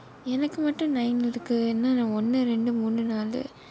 எனக்கு மட்டும்:enakku mattum nine இருக்கு ஏனா ஒன்னு இரண்டு மூணு நாளு:irukku enna onnu irandu moonu naalu